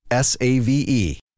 SAVE